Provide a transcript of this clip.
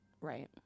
Right